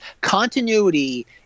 continuity